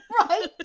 Right